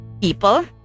people